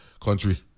country